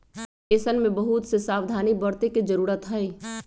ऐसन में बहुत से सावधानी बरते के जरूरत हई